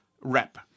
rep